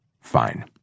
Fine